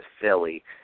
Philly